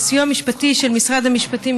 והסיוע המשפטי של משרד המשפטים,